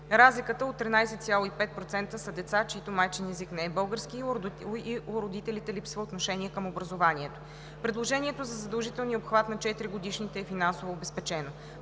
Разликата от 13,5% са деца, чийто майчин език не е български и у родителите липсва отношение към образованието. Предложението за задължителния обхват на 4-годишните е финансово обезпечено.